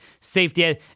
safety